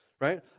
right